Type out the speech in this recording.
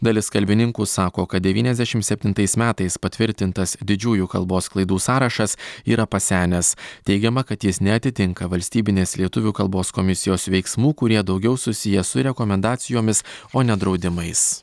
dalis kalbininkų sako kad devyniasdešim septintais metais patvirtintas didžiųjų kalbos klaidų sąrašas yra pasenęs teigiama kad jis neatitinka valstybinės lietuvių kalbos komisijos veiksmų kurie daugiau susiję su rekomendacijomis o ne draudimais